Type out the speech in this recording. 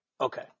Okay